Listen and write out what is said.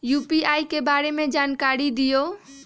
UPI के बारे में जानकारी दियौ?